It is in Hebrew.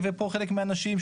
ופה חלק מהאנשים,